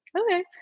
okay